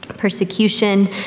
Persecution